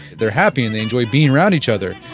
they are happy and they enjoyed being around each other.